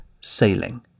Sailing